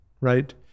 right